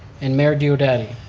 and mayor diodati?